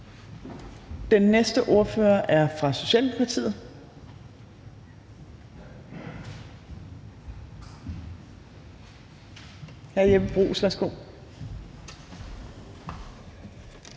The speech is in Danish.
Den næste ordfører er fra Socialdemokratiet. Hr. Jeppe Bruus, værsgo.